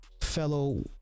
fellow